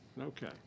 Okay